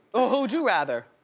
who would you rather?